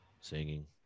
singing